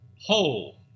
whole